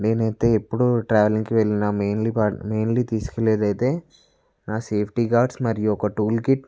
నేనైతే ఎప్పుడూ ట్రావలింగ్కి వెళ్ళినా మెయిన్లీ మెయిన్లీ తీసుకెళ్లేది అయితే నాసేఫ్టీ గార్డ్స్ మరియు ఒక టూల్ కిట్